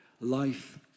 life